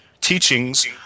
teachings